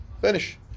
Finish